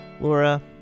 Laura